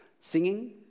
singing